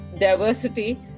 diversity